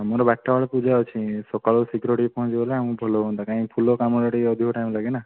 ଆମର ବାରଟାବେଳେ ପୂଜା ଅଛି ସକାଳୁ ଶୀଘ୍ର ଟିକେ ପହଞ୍ଚିଗଲେ ଆମକୁ ଭଲ ହୁଅନ୍ତା କାହିଁକି ଫୁଲ କାମରେ ଟିକେ ଅଧିକ ଟାଇମ୍ ଲାଗେ ନା